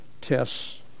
tests